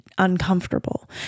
Uncomfortable